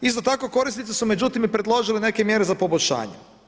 Isto tako korisnici su međutim, predložili neke mjere za poboljšanje.